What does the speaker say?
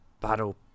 battle